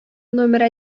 номер